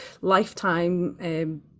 lifetime